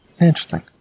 interesting